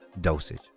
dosage